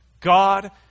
God